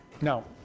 No